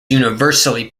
universally